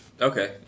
Okay